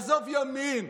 עזוב ימין,